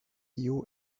you